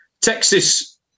Texas